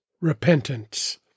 repentance